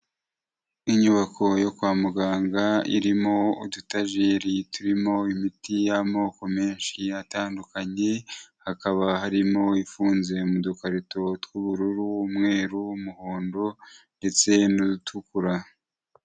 Inyubako yo kwa muganga irimo udutajeri turimo imiti y'amoko menshi atandukanye, hakaba harimo ifunze mu dukarito tw'ubururu, umweru, umuhondo ndetse n'udutukura.